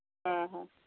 ᱦᱮᱸ ᱦᱮᱸ